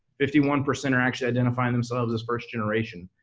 fifty one percent are actually identifying themselves as first generation,